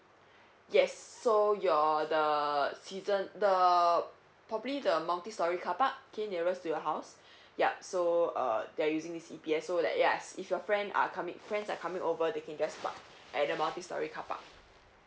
yes so your the season the probably the multistorey carpark K nearest to your house yup so uh they're using this E_P_S so that yes if your friend are coming friends are coming over they can just park at the multistorey carpark